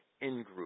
in-group